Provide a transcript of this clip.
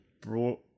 brought